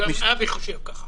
גם אבי חושב ככה.